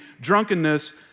drunkenness